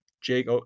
Jake